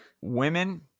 women